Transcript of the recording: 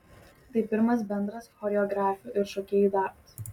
tai pirmas bendras choreografių ir šokėjų darbas